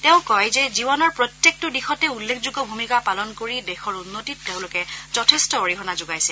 তেওঁ কয় যে জীৱনৰ প্ৰত্যেকটো দিশতে উল্লেখযোগ্য ভূমিকা পালন কৰি দেশৰ উন্নতিত তেওঁলোকে যথেষ্ট অৰিহনা যোগাইছে